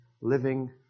living